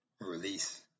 release